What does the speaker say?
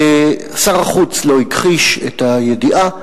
שר החוץ לא הכחיש את הידיעה,